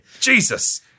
Jesus